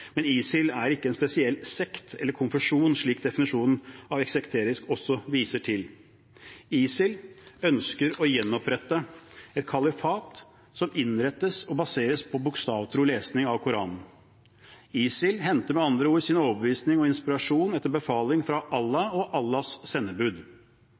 men ISIL er ikke en spesiell sekt eller konfesjon, slik definisjonen av «sekterisk» også viser til. ISIL ønsker å gjenopprette et kalifat som innrettes og baseres på bokstavtro lesning av Koranen. ISIL henter med andre ord sin overbevisning og inspirasjon etter befaling fra